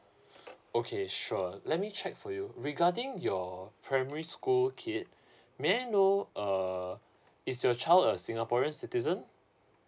okay sure let me check for you regarding your primary school kid may I know err is your child a singaporean citizen